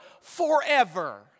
forever